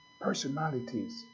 personalities